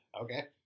Okay